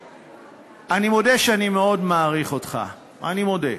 אני מודה שאני מאוד מעריך אותך, אני מודה.